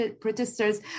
protesters